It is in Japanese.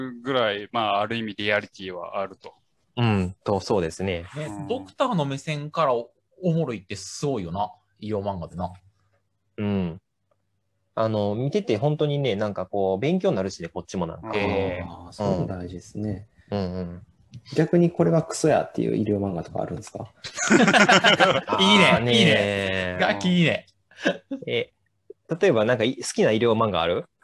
ぐらい、まあ、ある意味リアリティはあると。うん、と、そうですね。ね、うん。ドクターの目線からお- おもろいってすごいよな、医療漫画でな。うん。あの、見てて本当にね、なんかこう、勉強になるしね、こっちもなんか。ええ。あー、そういうのうん。大事ですね。うんうん。逆にこれがクソやっていう医療漫画とかあるんですか？ いいね、いいね。 あーねー。 ガキいいね。 え、例えばなんか、い- 好きな医療漫画ある？